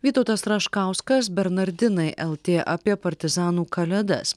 vytautas raškauskas bernardinai lt apie partizanų kalėdas